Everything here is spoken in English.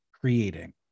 creating